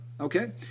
Okay